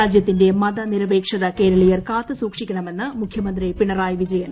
രാജൃത്തിന്റെ മതനിരപേക്ഷത കേരളീയർ കാത്തു സൂക്ഷിക്കണമെന്ന് മുഖ്യമന്ത്രി പിണറായി വിജയൻ